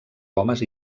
homes